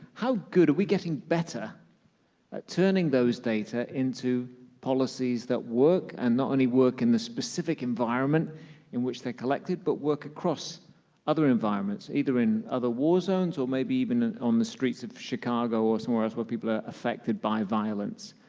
how good, are we getting better at turning those data into policies that work, and not only work in the specific environment in which they're collected, but work across other environments, either in other war zones or maybe even on the streets of chicago or somewhere else where people are affected by violence?